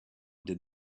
did